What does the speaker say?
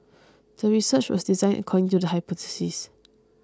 the research was designed according to the hypothesis